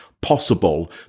possible